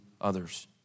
others